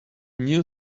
new